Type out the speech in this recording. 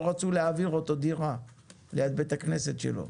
רצו להעביר אותו דירה ליד בית הכנסת שלו,